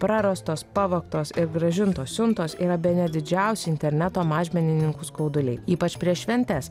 prarastos pavogtos ir grąžintos siuntos yra bene didžiausi interneto mažmenininkų skauduliai ypač prieš šventes